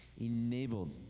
Enabled